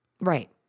Right